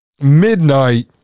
midnight